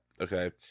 okay